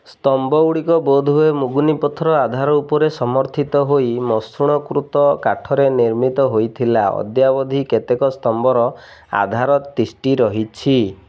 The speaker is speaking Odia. ସ୍ତମ୍ଭଗୁଡ଼ିକ ବୋଧହୁଏ ମୁଗୁନି ପଥର ଆଧାର ଉପରେ ସମର୍ଥିତ ହୋଇ ମସୃଣକୃତ କାଠରେ ନିର୍ମିତ ହୋଇଥିଲା ଅଦ୍ୟାବଧି କେତେକ ସ୍ତମ୍ଭର ଆଧାର ତିଷ୍ଠି ରହିଛି